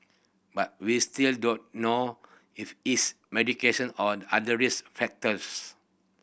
but we still don't know if it's medication or other risk factors